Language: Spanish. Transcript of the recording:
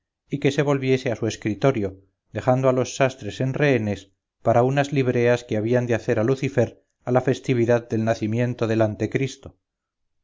y que se volviese a su escritorio dejando a los sastres en rehenes para unas libreas que habían de hacer a lucifer a la festividad del nacimiento del antecristo